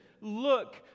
look